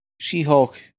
She-Hulk